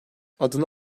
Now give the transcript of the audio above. adını